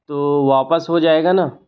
तो वापस हो जाएगा ना